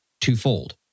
twofold